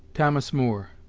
thomas moore,